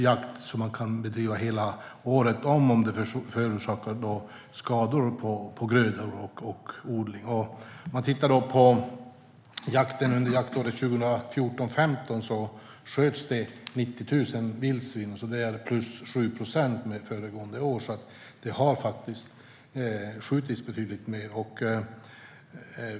Man kan också bedriva skyddsjakt hela året om, om vildsvinen förorsakar skador på grödor och odlingar. Under jaktåret 2014-2015 sköts det 90 000 vildsvin, vilket är plus 7 procent jämfört med föregående år, så det har faktiskt skjutits betydligt fler.